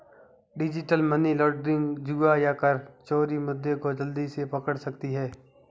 digital money laundering, जुआ या कर चोरी मुद्दे को जल्दी से पकड़ सकती है